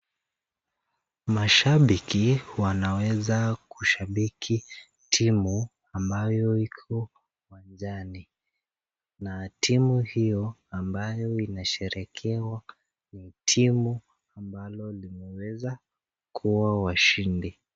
Washabiki wanaweza kushabiki timu ambayo iko uwanjani na timu hiyo ambayo inasherehekewa ni timu ambalo limeweza kuwa washindi.